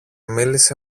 μίλησε